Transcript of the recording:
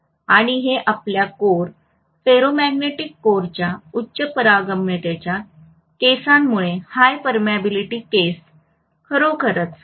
आणि हे आपल्या कोर फेरोमॅग्नेटिक कोरच्या उच्च पारगम्यतेच्या केसांमुळे खरोखरच लहान असेल